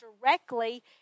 directly